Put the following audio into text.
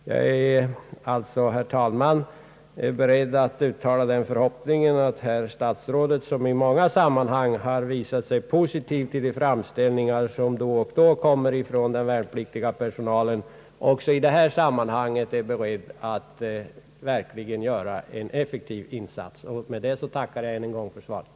Jag är alltså, herr talman, beredd att uttala den förhoppningen att statsrådet, som inte sällan har visat sig positiv till de framställningar som då och då kommer från den värnpliktiga personalen, också i detta sammanhang är beredd att verkligen göra en effektiv insats. Med detta tackar jag än en gång för svaret.